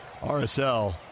RSL